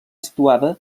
situada